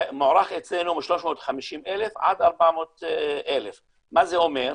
מוערך אצלנו ב-350,000 עד 400,000. מה זה אומר?